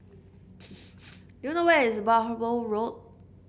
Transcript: do you know where is Bhamo Road